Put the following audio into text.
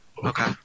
Okay